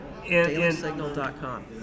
DailySignal.com